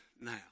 now